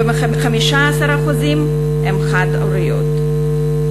ו-15% הן חד-הוריות.